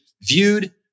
viewed